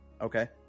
Okay